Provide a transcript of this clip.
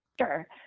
Sure